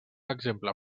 exemple